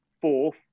fourth